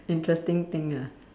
interesting thing ah